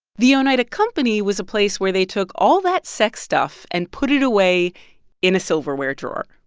the oneida company was a place where they took all that sex stuff and put it away in a silverware drawer